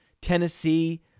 Tennessee